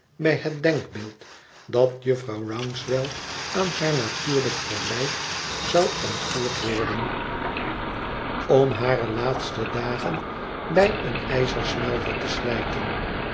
bij het denkbeeld dat jufvrouw rouncewell aan haar natuurlijk verblijf zou ontvoerd worden om hare laatste dagen bij een ijzersmelter te slijten